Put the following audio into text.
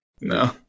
No